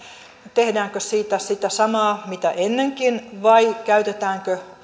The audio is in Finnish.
tehdäänkö siitä sitä samaa mitä ennenkin vai käytetäänkö